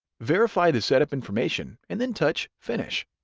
verify the setup information, and then touch finish.